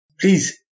Please